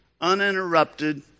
Uninterrupted